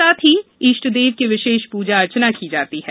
साथ ही इष्टदेव की विशेष प्रजा अर्चना की जाती है